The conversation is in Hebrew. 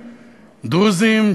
דרוזים,